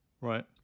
Right